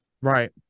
Right